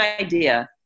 idea